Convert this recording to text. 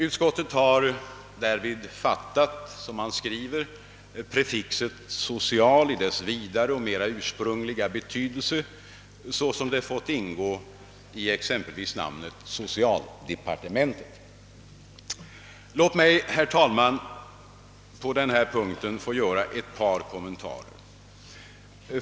Utskottet har därvid fattat prefixet »social» i dess vidare och mer ursprungliga betydelse, såsom det fått ingå i exempelvis namnet socialdepartementet. Låt mig, herr talman, på den punkten få göra ett par kommentarer.